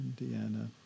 Indiana